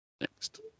next